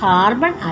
Carbon